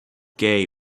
gay